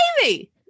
baby